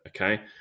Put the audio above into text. okay